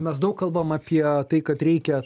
mes daug kalbam apie tai kad reikia